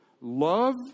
love